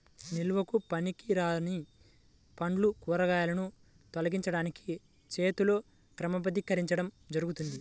నిల్వకు పనికిరాని పండ్లు, కూరగాయలను తొలగించడానికి చేతితో క్రమబద్ధీకరించడం జరుగుతుంది